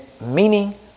meaning